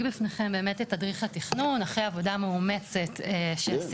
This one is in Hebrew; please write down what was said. בפניכם באמת את תדריך התכנון אחרי עבודה מאומצת שעשינו.